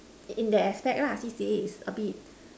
in that aspect lah C_C_A is a bit